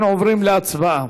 אנחנו עוברים להצבעה.